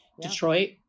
Detroit